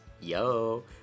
Yo